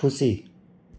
ખુશી